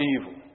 evil